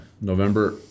November